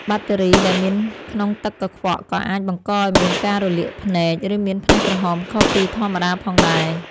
បាក់តេរីដែលមានក្នុងទឹកកខ្វក់ក៏អាចបង្កឱ្យមានការរលាកភ្នែក ឬមានភ្នែកក្រហមខុសពីធម្មតាផងដែរ។